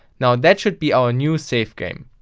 now that should be our new save game.